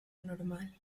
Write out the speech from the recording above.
normal